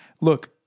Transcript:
look